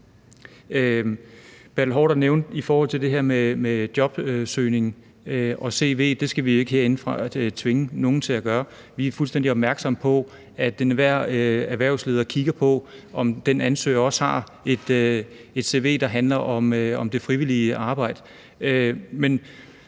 det her med jobsøgning og cv, at vi ikke herindefra skal tvinge nogen til at gøre det. Vi er fuldstændig opmærksomme på, at enhver erhvervsleder kigger på, om den ansøger også har et cv, der handler om det frivillige arbejde.